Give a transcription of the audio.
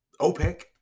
OPEC